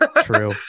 true